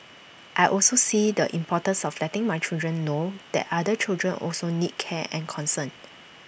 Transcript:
I also see the importance of letting my children know that other children also need care and concern